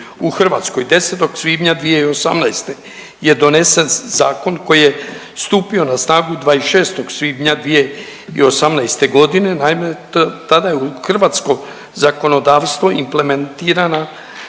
U Hrvatskoj 10. svibnja 2018. je donesen zakon koji je stupio na snagu 26. svibnja 2018. godine. Naime, tada je u hrvatsko zakonodavstvo implementirana